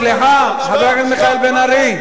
סליחה, חבר הכנסת מיכאל בן-ארי.